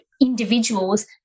individuals